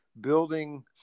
building